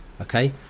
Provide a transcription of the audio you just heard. okay